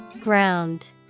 Ground